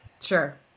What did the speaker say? Sure